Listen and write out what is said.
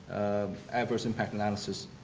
the adverse impact analysis